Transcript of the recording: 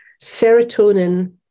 serotonin